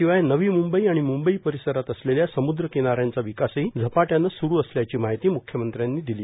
शिवाय नवी म्ंबई आणि म्ंबई परिसरात असलेल्या समुद्र किनाऱ्यांचा विकासही झपाट्याने सुरू असल्याची माहिती म्ख्यमंत्र्यांनी दिली